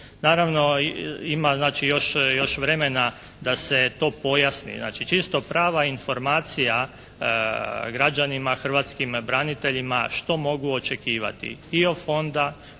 Naravno, ima znači još vremena da se to pojasni. Znači čisto prava informacija građanima hrvatskim braniteljima što mogu očekivati …/Govornik